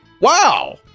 wow